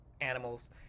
animals